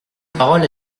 parole